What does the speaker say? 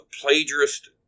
plagiarist